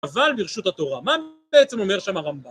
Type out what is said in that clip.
אבל ברשות התורה, מה בעצם אומר שם הרמב״ם?